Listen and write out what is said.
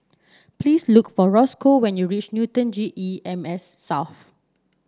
please look for Roscoe when you reach Newton G E M S South